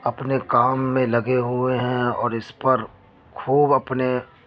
اپنے کام میں لگے ہوئے ہیں اور اس پر خوب اپنے